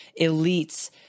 elites